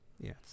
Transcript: Yes